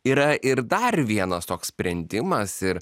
yra ir dar vienas toks sprendimas ir